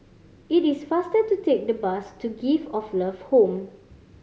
it is faster to take the bus to Gift of Love Home